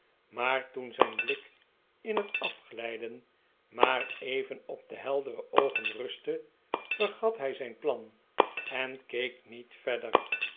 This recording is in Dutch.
maar toen zijn blik in het afglijden maar even op de heldere oogen rustte vergat hij zijn plan en keek niet verder